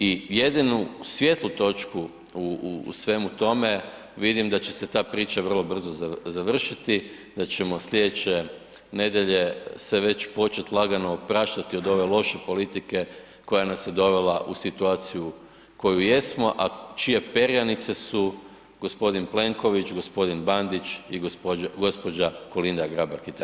I jedinu svijetlu točku u svemu tome vidim da će se ta priča vrlo brzo završiti, da ćemo slijedeće nedjelje se već početi lagano opraštati od ove loše politike koja nas je dovela u situaciju u kojoj jesmo, a čije perjanice su gospodin Plenković, gospodin Bandić i gospođa Kolinda Grabar Kitarović.